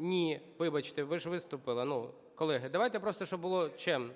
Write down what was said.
Ні, вибачте, ви ж виступили. Ну, колеги, давайте просто, щоб було чемно.